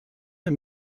der